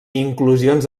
inclusions